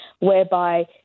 whereby